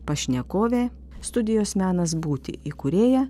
pašnekovė studijos menas būti įkūrėja